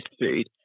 food